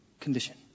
condition